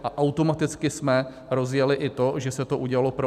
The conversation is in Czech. A automaticky jsme rozjeli i to, že se to udělalo pro OSVČ.